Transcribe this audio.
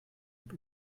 mit